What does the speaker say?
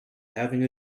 having